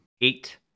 Eight